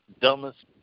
dumbest